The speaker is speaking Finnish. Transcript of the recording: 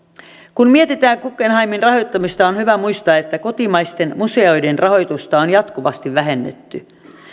kun mietitään guggenheimin rahoittamista on hyvä muistaa että kotimaisten museoiden rahoitusta on jatkuvasti vähennetty